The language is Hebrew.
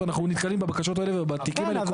אנחנו נתקלים בבקשות האלה ובתיקים האלה כל הזמן.